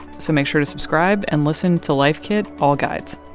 so make sure to subscribe and listen to life kit all guides.